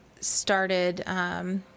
started –